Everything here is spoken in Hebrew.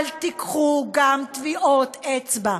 אל תיקחו גם טביעות אצבע.